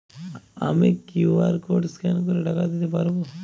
আমি QR code scan করে টাকা দিতে পারবো?